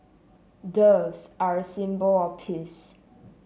doves are a symbol of peace